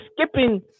skipping